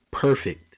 perfect